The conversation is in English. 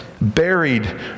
buried